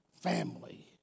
family